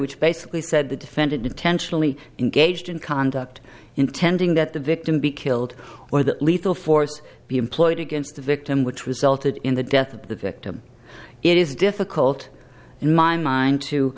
which basically said the defendant intentionally engaged in conduct intending that the victim be killed or that lethal force be employed against the victim which resulted in the death of the victim it is difficult in my mind to